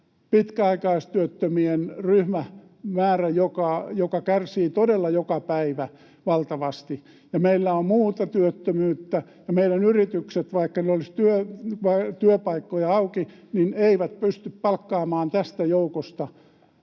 pitkäaikaistyöttömien ryhmä, joka kärsii todella joka päivä valtavasti. Ja meillä on muuta työttömyyttä, ja meidän yritykset, vaikka niillä olisi työpaikkoja auki, eivät pysty palkkaamaan tästä joukosta